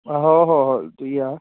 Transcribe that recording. हो हो हो या